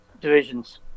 divisions